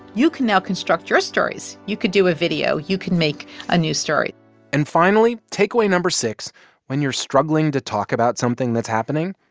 you can now construct your stories. you could do a video. you can make a new story and finally, takeaway no. six when you're struggling to talk about something that's happening,